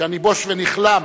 שאני בוש ונכלם